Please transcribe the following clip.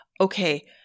okay